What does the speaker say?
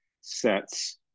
sets